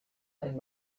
and